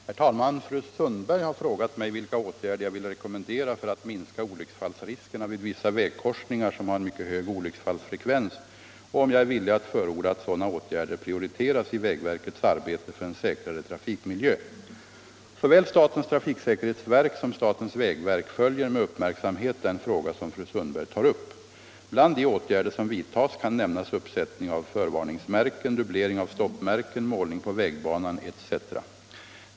Herr talman! Fru Sundberg har frågat mig vilka åtgärder jag vill rekommendera för att minska olycksfallsriskerna vid vissa vägkorsningar som har en mycket hög olycksfallsfrekvens och om jag är villig att förorda att sådana åtgärder prioriteras i vägverkets arbete för en säkrare trafikmiljö. Såväl statens trafiksäkerhetsverk som statens vägverk följer med uppmärksamhet den fråga som fru Sundberg tar upp. Bland de åtgärder som vidtas kan nämnas uppsättning av förvarningsmärken, dubblering av stoppmärken, målning på vägbanan etc.